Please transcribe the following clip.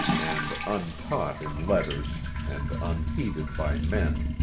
and untaught in letters, and unheeded by men,